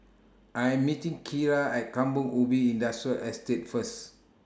I Am meeting Keira At Kampong Ubi Industrial Estate First